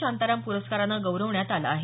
शांताराम पुरस्कारानं गौरवण्यात आलं आहे